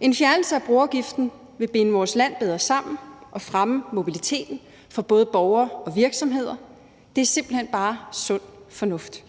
En fjernelse af broafgiften vil binde vores land bedre sammen og fremme mobiliteten for både borgere og virksomheder, det er simpelt hen bare sund fornuft.